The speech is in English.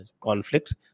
conflict